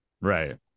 Right